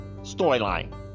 Storyline